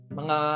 mga